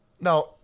Now